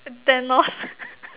Thanos